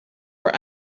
were